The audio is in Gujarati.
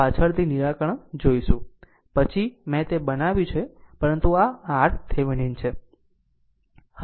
પાછળથી નિરાકરણ જોઈશું પછીથી મેં તે બનાવ્યું છે પરંતુ આ RThevenin છે